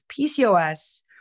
PCOS